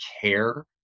care